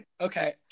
Okay